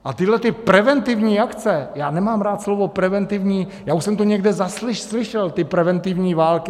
A tyhlety preventivní akce já nemám rád slovo preventivní, já už jsem to někde slyšel, ty preventivní války...